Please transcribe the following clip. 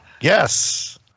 Yes